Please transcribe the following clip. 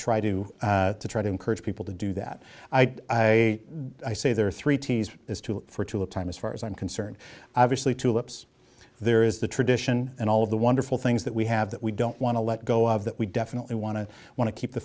try to to try to encourage people to do that i say there are three t's is two for two of time as far as i'm concerned obviously tulips there is the tradition and all of the wonderful things that we have that we don't want to let go of that we definitely want to want to keep the